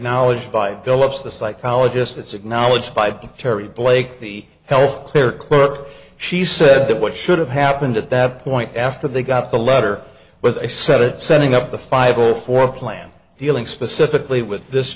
knowledge by philips the psychologist that's ignalina by terry blake the health care clerk she said that what should have happened at that point after they got the letter was a set of setting up the five zero four plan dealing specifically with this